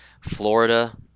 Florida